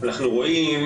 אנחנו רואים